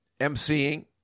emceeing